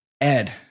Ed